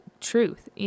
truth